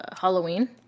Halloween